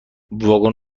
واگن